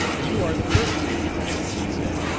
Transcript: you are the first, randolph had said.